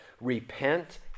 Repent